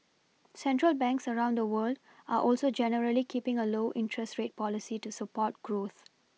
central banks around the world are also generally keePing a low interest rate policy to support growth